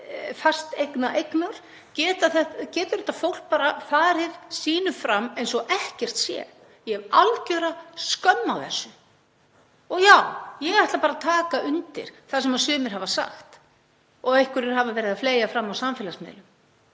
og fasteignaeignar getur þetta fólk bara farið sínu fram eins og ekkert sé. Ég hef algjöra skömm á þessu. Og já, ég ætla bara að taka undir það sem sumir hafa sagt og einhverjir hafa verið að fleygja fram á samfélagsmiðlum: